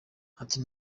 ati